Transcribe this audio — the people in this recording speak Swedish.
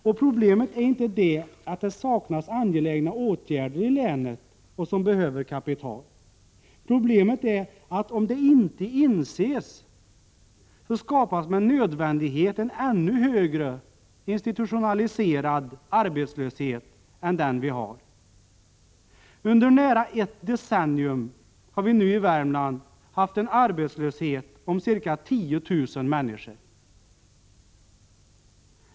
Men problemet är inte att det saknas förslag till angelägna åtgärder i länet som kräver kapital. Problemet är att om det inte inses så skapas med nödvändighet en ännu högre institutionaliserad arbetslöshet än den vi har. Under nära ett decennium har vi nu i Värmland haft en arbetslöshet om ca 10 000 människor.